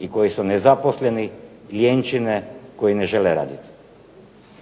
i koji su nezaposleni, ljenčine koji ne žele raditi.